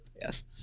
Yes